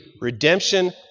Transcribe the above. redemption